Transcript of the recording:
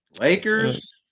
Lakers